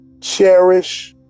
cherish